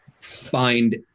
find